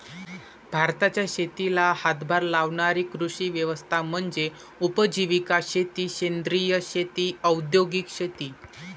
भारताच्या शेतीला हातभार लावणारी कृषी व्यवस्था म्हणजे उपजीविका शेती सेंद्रिय शेती औद्योगिक शेती